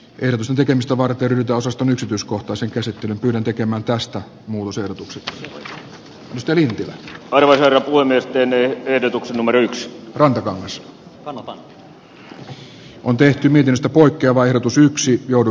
eroksen tekemistä varten ritoosaston yksityiskohtaisen käsittelyn pyrin tekemään tästä museot osteli arvoisena kuin miesten ehdotukset numero yks yleiskeskustelun kuluessa on tehty seuraavat ehdotukset epäluottamuslauseen antamisesta valtioneuvostolle